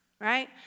right